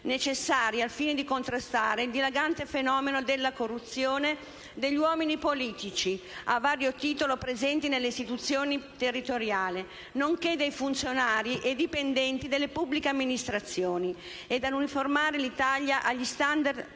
necessari al fine di contrastare il dilagante fenomeno della corruzione degli uomini politici, a vario titolo presenti nelle istituzioni territoriali, nonché dei funzionari e dipendenti delle pubbliche amministrazioni, e ad uniformare l'Italia agli *standard*